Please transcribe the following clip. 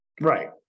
Right